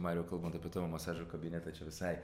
mariau kalbant apie tavo masažo kabinetą čia visai